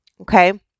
Okay